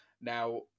now